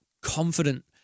confident